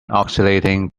oscillating